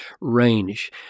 range